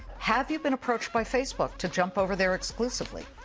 have you been approached by facebook to jump over there exclusively?